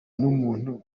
n’umuntu